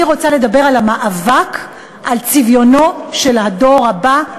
אני רוצה לדבר על המאבק על צביונו של הדור הבא,